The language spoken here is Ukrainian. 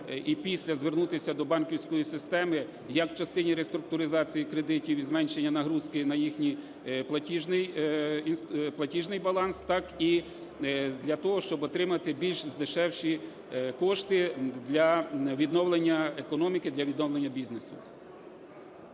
і після звернутися до банківської системи, як в частині реструктуризації кредитів і зменшення нагрузки на їхній платіжний баланс, так і для того, щоб отримати більш дешевші кошти для відновлення економіки, для відновлення бізнесу.